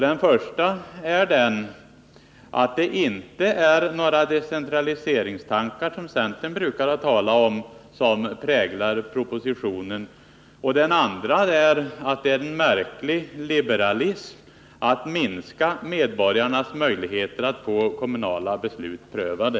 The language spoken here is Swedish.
Den första är den att det inte är några decentraliseringstankar — som centern brukar tala om — som präglar propositionen. Den andra är att det är en märklig liberalism som vill minska medborgarnas möjligheter att få kommunala beslut prövade.